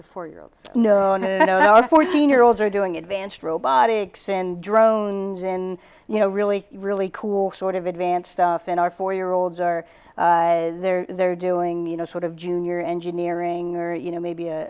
the four year olds there are fourteen year olds are doing a dance robotics and drones in you know really really cool sort of advanced stuff and our four year olds are there they're doing you know sort of junior engineering or you know maybe